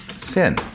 sin